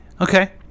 Okay